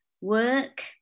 work